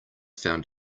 found